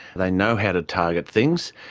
they know how to target things,